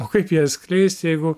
o kaip jas skleist jeigu